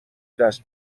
دست